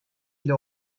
ile